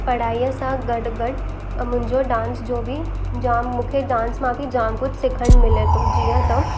पढ़ाईअ सां गॾु गॾु मुंहिंजो डांस जो बि जाम मूंखे डांस मां बि जाम कुझु सिखण मिले थो जीअं त